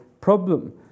problem